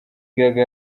gaga